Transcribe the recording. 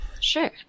Sure